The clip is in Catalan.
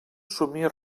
somia